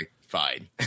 fine